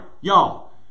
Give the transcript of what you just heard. y'all